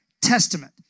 testament